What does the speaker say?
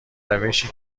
روشی